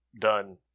done